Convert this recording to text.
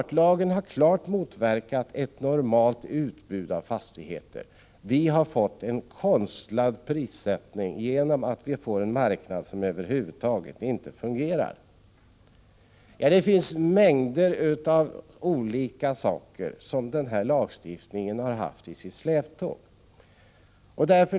Lagen har klart motverkat ett normalt utbud av fastigheter. Vi har fått en konstlad prissättning genom att vi får en marknad som över huvud taget inte fungerar. Det finns mängder av olika saker som den här lagstiftningen har haft i sitt släptåg.